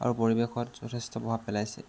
আৰু পৰিৱেশত যথেষ্ট প্ৰভাৱ পেলাইছে